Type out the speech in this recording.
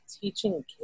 teaching